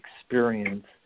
experience